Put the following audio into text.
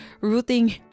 rooting